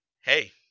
hey